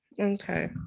Okay